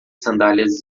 sandálias